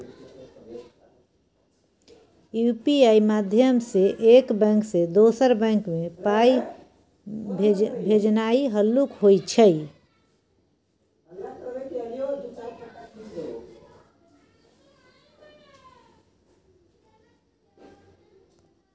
UPI माध्यमसँ एक bank सँ दोसर बैंक मे पाइ भेजनाइ हल्लुक होइ छै